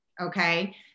Okay